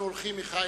דחופה),